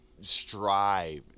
strive